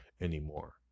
anymore